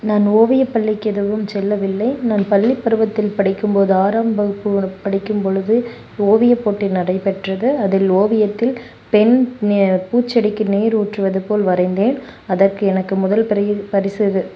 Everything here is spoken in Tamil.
நான் ஓவியப்பள்ளிக்கு எதுவும் செல்லவில்லை நான் பள்ளிப்பருவத்தில் படிக்கும்போது ஆறாம் வகுப்பு நு படிக்கும்பொழுது ஓவியப்போட்டி நடைபெற்றது அதில் ஓவியத்தில் பெண் ஞா பூச்செடிக்கு நீர் ஊற்றுவது போல் வரைந்தேன் அதற்கு எனக்கு முதல் பரியி பரிசு ரு